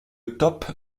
top